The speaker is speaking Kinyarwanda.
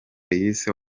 yise